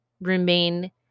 remain